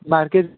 market